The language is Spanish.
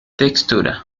textura